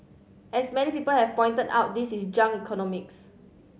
as many people have pointed out this is junk economics